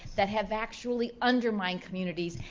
that have actually undermined communities.